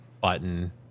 button